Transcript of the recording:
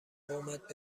قومت